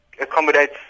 accommodates